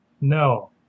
No